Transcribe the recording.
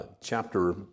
chapter